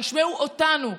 שישמעו אותנו,